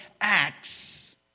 acts